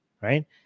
right